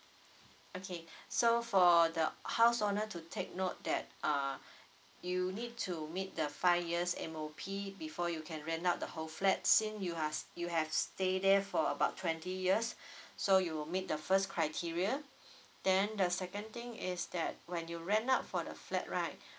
okay so for the house owner to take note that uh you need to meet the five years M_O_P before you can rent out the whole flat since you have you have stay there for about twenty years so you will meet the first criteria then the second thing is that when you rent out for the flat right